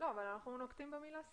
--- אנחנו נוקטים במילה "שר",